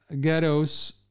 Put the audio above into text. ghettos